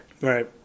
right